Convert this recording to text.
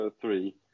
three